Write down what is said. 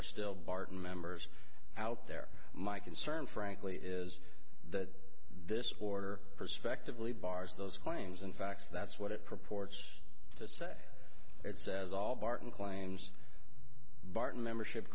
are still barton members out there my concern frankly is that this order prospectively bars those claims and facts that's what it purports to say it says all barton claims barton membership